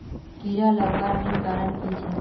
कीड़ा लगवार मेन कारण की छे?